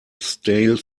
stale